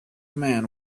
man